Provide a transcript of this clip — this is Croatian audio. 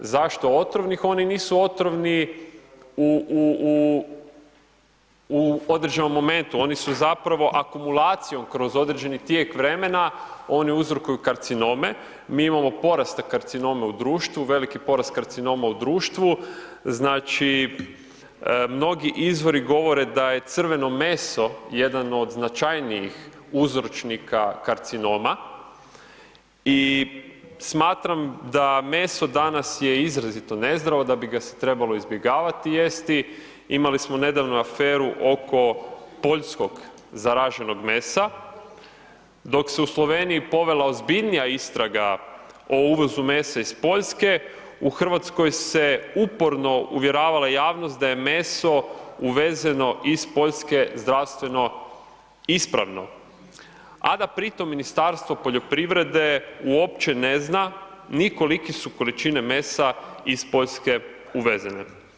Zašto otrovnih, oni nisu otrovni u određenom momentu, oni su zapravo akumulacijom kroz određeni tijek vremena, oni uzrokuju karcinome, mi imamo poraste karcinoma u društvu, veliki porast karcinom u društvu, znači mnogi izvore govore da je crveno meso jedan od značajnijih uzročnika karcinoma i smatram da meso danas je izrazito nezdravo da bi ga se trebalo izbjegavati jesti, imali smo nedavno aferu oko poljskog zaraženog mesa, dok se u Sloveniji povela ozbiljnija istraga o uvozu mesa iz Poljske, u Hrvatskoj se uporno uvjeravala javnost da je meso uvezeno iz Poljske, zdravstveno ispravno a da pritom Ministarstvo poljoprivrede uopće ne zna ni kolike su količine mesa iz Poljske uvezene.